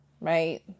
right